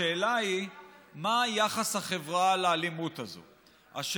השאלה היא מה יחס החברה לאלימות הזאת.